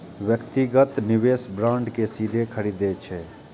व्यक्तिगत निवेशक बांड कें सीधे खरीदै छै